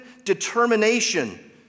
determination